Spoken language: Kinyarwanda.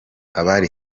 abari